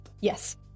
Yes